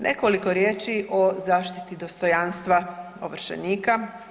Nekoliko riječi o zaštiti dostojanstva ovršenika.